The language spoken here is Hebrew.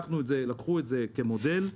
לקחו את זה כמודל.